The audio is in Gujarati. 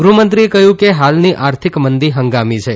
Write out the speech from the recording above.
ગૃહમંત્રીએ કહ્યું કે હાલની આર્થિક મંદી હંગામી છે